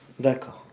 D'accord